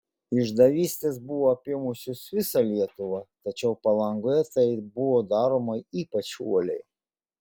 išdavystės buvo apėmusios visą lietuvą tačiau palangoje tai buvo daroma ypač uoliai